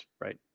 right